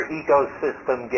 ecosystem